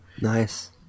nice